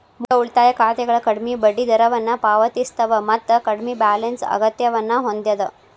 ಮೂಲ ಉಳಿತಾಯ ಖಾತೆಗಳ ಕಡ್ಮಿ ಬಡ್ಡಿದರವನ್ನ ಪಾವತಿಸ್ತವ ಮತ್ತ ಕಡ್ಮಿ ಬ್ಯಾಲೆನ್ಸ್ ಅಗತ್ಯವನ್ನ ಹೊಂದ್ಯದ